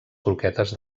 croquetes